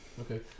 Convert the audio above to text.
okay